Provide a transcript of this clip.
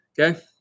Okay